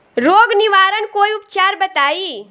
रोग निवारन कोई उपचार बताई?